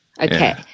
Okay